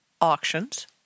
auctions